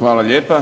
Hvala lijepa.